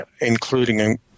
including